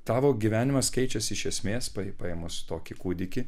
tavo gyvenimas keičiasi iš esmės paėmus tokį kūdikį